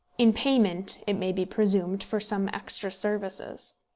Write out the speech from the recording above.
in payment, it may be presumed, for some extra services.